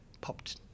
popped